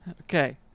Okay